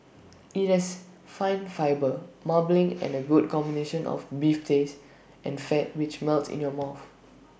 IT has fine fibre marbling and A good combination of beef taste and fat which melts in your mouth